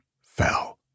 fell